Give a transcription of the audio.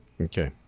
Okay